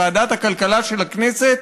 ועדת הכלכלה של הכנסת,